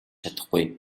чадахгүй